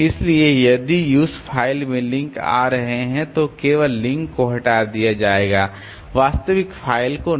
इसलिए यदि उस फ़ाइल में लिंक आ रहे हैं तो केवल लिंक को हटा दिया जाएगा वास्तविक फ़ाइल को नहीं